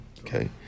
Okay